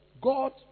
God